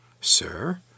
Sir